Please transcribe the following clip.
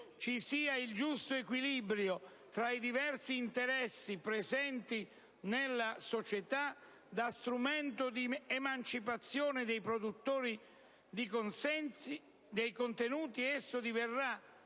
ci sia il giusto equilibrio tra i diversi interessi presenti nella società, da strumento di emancipazione dei produttori dei contenuti esso diverrà